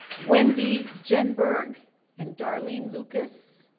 wendy ginburg and darlene lucas?